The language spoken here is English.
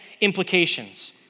implications